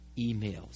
emails